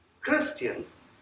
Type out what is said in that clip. Christians